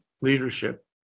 leadership